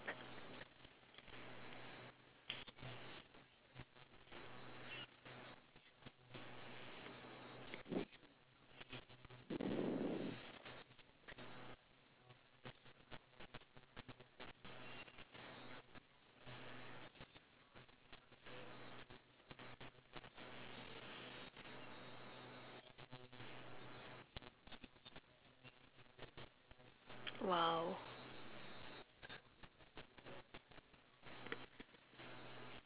!wow!